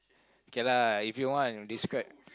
K lah if you want describe